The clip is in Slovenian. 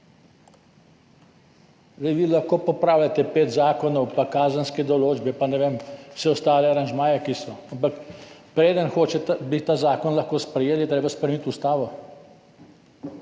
Vi lahko popravljate pet zakonov in kazenske določbe in vse ostale aranžmaje, ki so, ampak preden bi ta zakon lahko sprejeli, je treba spremeniti ustavo.